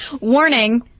Warning